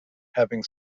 having